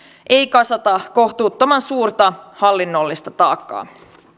ei kasata kohtuuttoman suurta hallinnollista taakkaa